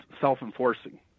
self-enforcing